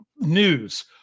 News